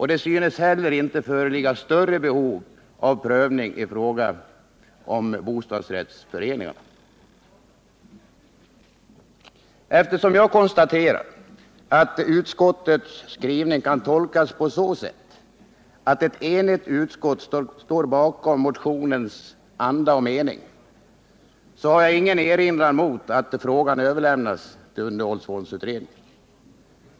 Det synes inte heller föreligga större behov av prövning i fråga om bostadsrättsföreningar. Eftersom jag konstaterar att utskottets skrivning kan tolkas på så sätt, att ett enigt utskott står bakom motionens anda och mening, har jag ingen erinran mot att frågan överlämnas till underhållsfondsutredningen.